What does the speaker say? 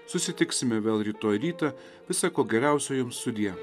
susitiksime vėl rytoj rytą visa ko geriausio jums sudie